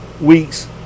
week's